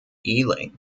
ealing